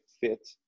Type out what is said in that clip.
fit